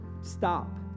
Stop